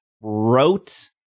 wrote